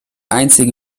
einzige